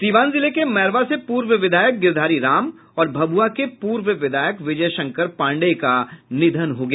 सीवान जिले के मैरवा से पूर्व विधायक गिरधारी राम और भभुआ के पूर्व विधायक विजय शंकर पांडेय का निधन हो गया